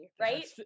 right